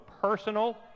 personal